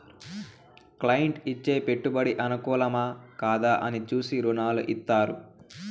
client ఇచ్చే పెట్టుబడి అనుకూలమా, కాదా అని చూసి రుణాలు ఇత్తారు